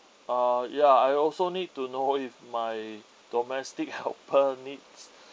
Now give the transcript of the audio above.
uh ya I also need to know if my domestic helper needs